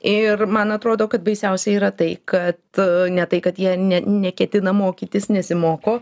ir man atrodo kad baisiausia yra tai kad ne tai kad jie ne neketina mokytis nesimoko